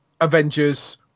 Avengers